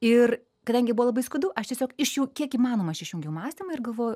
ir kadangi buvo labai skaudu aš tiesiog iš kiek įmanoma aš išjungiau mąstymą ir galvoju